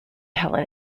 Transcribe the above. helen